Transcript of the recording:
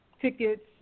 tickets